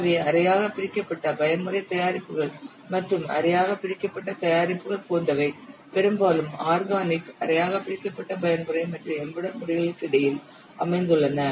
எனவே அரையாக பிரிக்கப்பட்ட பயன்முறை தயாரிப்புகள் மற்றும் அரையாக பிரிக்கப்பட்ட தயாரிப்புகள் போன்றவை பெரும்பாலும் ஆர்கானிக் அரையாக பிரிக்கப்பட்ட பயன்முறை மற்றும் எம்பெடெட் முறைகளுக்கு இடையில் அமைந்துள்ளன